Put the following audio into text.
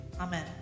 Amen